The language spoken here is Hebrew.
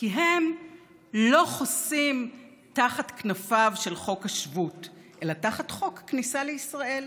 כי הם לא חוסים תחת כנפיו של חוק השבות אלא תחת חוק הכניסה לישראל,